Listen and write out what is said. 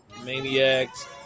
Maniacs